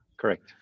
Correct